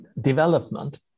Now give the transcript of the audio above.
development